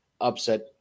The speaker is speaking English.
upset